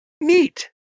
neat